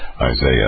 Isaiah